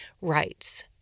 Rights